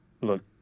look